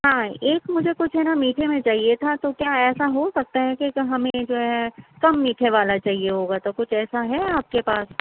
ہاں ایک مجھے کچھ ہے نہ میٹھے میں چاہیے تھا تو کیا ایسا ہو سکتا ہے کہ ایک ہمیں جو ہے کم میٹھے والا چاہیے ہوگا تو کچھ ایسا ہے آپ کے پاس